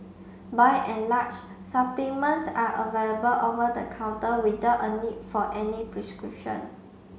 by and large supplements are available over the counter without a need for any prescription